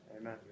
Amen